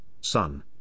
son